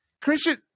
Christian